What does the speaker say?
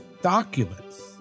documents